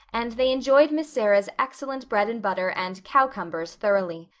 and they enjoyed miss sarah's excellent bread and butter and cowcumbers thoroughly.